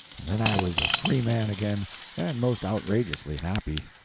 and then i was a free man again and most outrageously happy.